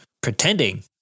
pretending